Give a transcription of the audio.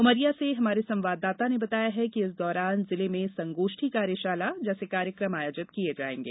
उमरिया से हमारे संवादंदाता ने बताया है कि इस दौरान जिले में संगोष्ठी कार्यशाला जैसे कार्यकम आयोजित किये जायेंगे